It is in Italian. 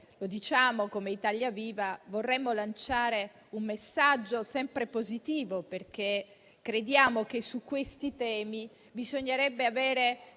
da sempre come Italia Viva vorremmo lanciare un messaggio positivo. Crediamo che su questi temi bisognerebbe avere